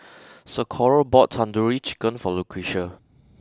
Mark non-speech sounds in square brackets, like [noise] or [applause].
[noise] Socorro bought Tandoori Chicken for Lucretia